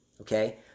Okay